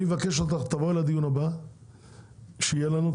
אני מבקש שתבואי לדיון הבא שיהיה לנו,